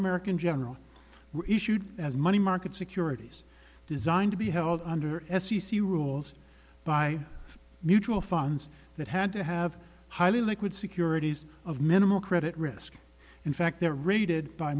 american general were issued as money market securities designed to be held under f c c rules by mutual funds that had to have highly liquid securities of minimal credit risk in fact they're rated by